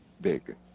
big